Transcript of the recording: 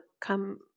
come